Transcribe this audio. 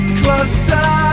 closer